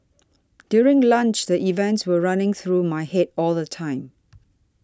during lunch the events were running through my head all the time